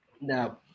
Now